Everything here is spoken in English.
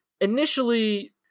initially